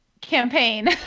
campaign